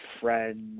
friends